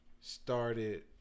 started